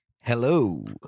Hello